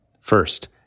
First